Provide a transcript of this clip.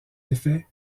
effet